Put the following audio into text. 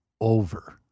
over